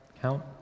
count